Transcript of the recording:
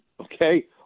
Okay